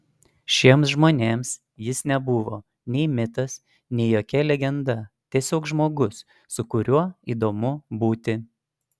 šiems žmonėms jis nebuvo nei mitas nei jokia legenda tiesiog žmogus su kuriuo įdomu būti